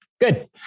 Good